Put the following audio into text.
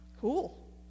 cool